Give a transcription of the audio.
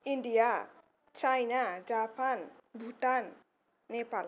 India China Japan Bhutan Nepal